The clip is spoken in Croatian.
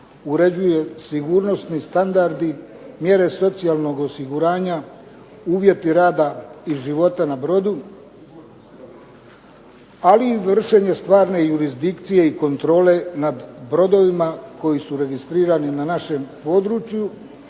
uređuje sigurnosni standardi, mjere socijalnog osiguranja, uvjeti rada i života na brodu, ali i vršenje stvarne jurisdikcije i kontrole nad brodovima koji su registrirani na našem području,